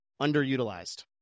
underutilized